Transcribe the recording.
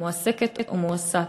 מועסקת או מועסק.